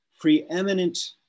preeminent